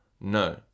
no